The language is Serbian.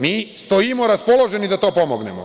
Mi stojimo raspoloženi da to pomognemo.